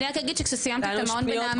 אני רק אגיד שכסיימתי את המעון בנעמ"ת